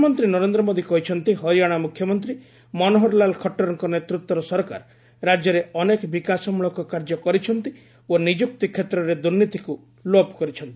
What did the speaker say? ପ୍ରଧାନମନ୍ତ୍ରୀ ନରେନ୍ଦ୍ର ମୋଦୀ କହିଛନ୍ତି ହରିଆଣା ମୁଖ୍ୟମନ୍ତ୍ରୀ ମନୋହରଲାଲ ଖଟ୍ଟରଙ୍କ ନେତୃତ୍ୱର ସରକାର ରାଜ୍ୟରେ ଅନେକ ବିକାଶମଳକ କାର୍ଯ୍ୟ କରିଛନ୍ତି ଓ ନିଯୁକ୍ତି କ୍ଷେତ୍ରରେ ଦୁର୍ନୀତିକୁ ଲୋପ କରିଛନ୍ତି